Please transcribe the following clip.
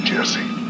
Jesse